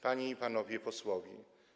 Panie i Panowie Posłowie!